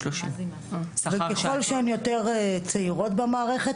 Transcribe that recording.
וככל שהן יותר צעירות במערכת,